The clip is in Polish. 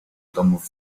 domów